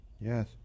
Yes